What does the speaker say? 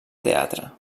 teatre